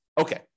Okay